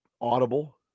audible